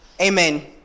Amen